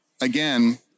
again